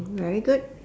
very good